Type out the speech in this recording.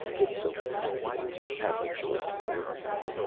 it's so comforting to have mature people around.